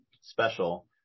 special